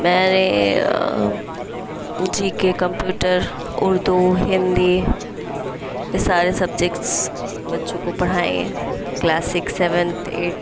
میں نے G K computer Urdu Hindi یہ سارے سبجیکٹس بچوں کو پڑھائے ہیں کلاس سکس سیونتھ ایٹتھ